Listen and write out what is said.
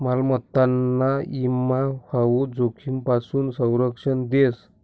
मालमत्ताना ईमा हाऊ जोखीमपासून संरक्षण देस